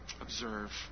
observe